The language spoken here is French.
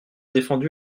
défendu